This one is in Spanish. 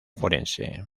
forense